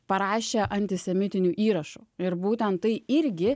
parašė antisemitinių įrašų ir būtent tai irgi